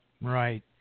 Right